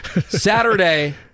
Saturday